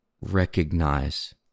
recognize